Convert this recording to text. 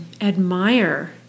admire